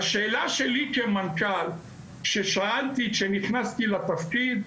והשאלה שלי כמנכ"ל, ששאלתי כשנכנסתי לתפקיד,